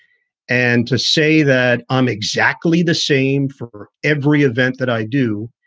and to say that i'm exactly the same for every event that i do,